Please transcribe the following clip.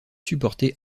supporter